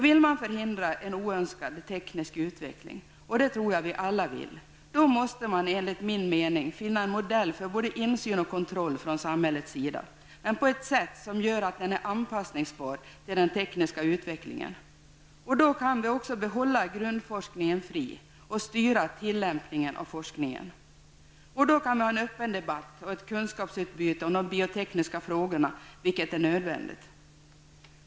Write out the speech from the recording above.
Vill man förhindra en oönskad teknisk utveckling -- och det tror jag att vi alla vill -- måste man enligt min mening finna en modell för både insyn och kontroll från samhällets sida, men på ett sätt som gör att den är anpassningsbar till den tekniska utvecklingen. Då kan vi också behålla grundforskningen fri och styra tillämpningen av forskningen. Då kan vi ha en öppen debatt och ett kunskapsutbyte om de biotekniska frågorna, vilket är nödvändigt.